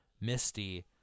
Misty